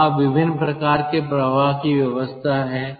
वहां विभिन्न प्रकार के प्रवाह की व्यवस्था है